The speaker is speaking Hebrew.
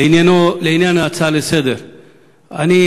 לעניין ההצעה לסדר-היום,